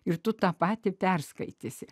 ir tu tą patį perskaitysi